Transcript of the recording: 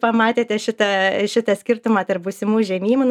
pamatėte šitą šitą skirtumą tarp būsimų žemynų